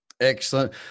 Excellent